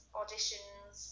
auditions